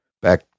back